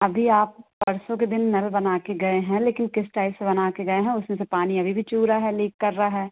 अभी आप परसों के दिन नल बना कर गए हैं लेकिन किस टाइप से बना कर गए हैं उस में से पानी अभी भी चु रहा है लीक कर रहा है